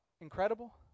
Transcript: incredible